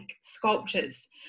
sculptures